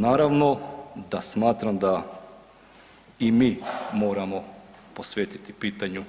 Naravno da smatram da i mi moramo posvetiti pitanju